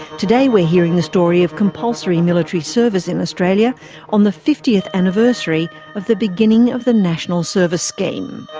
today we're hearing the story of compulsory military service in australia on the fiftieth anniversary of the beginning of the national service scheme.